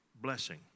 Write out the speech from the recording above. blessing